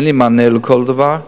אין לי מענה לכל דבר.